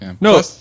No